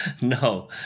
No